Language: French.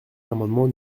l’amendement